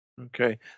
okay